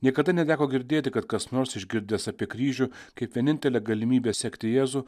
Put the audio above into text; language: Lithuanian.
niekada neteko girdėti kad kas nors išgirdęs apie kryžių kaip vienintele galimybe sekti jėzų